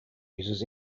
uses